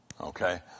Okay